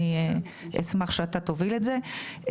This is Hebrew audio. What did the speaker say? אני אשמח שאתה תוביל את זה.